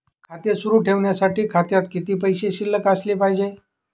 खाते सुरु ठेवण्यासाठी खात्यात किती पैसे शिल्लक असले पाहिजे?